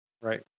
Right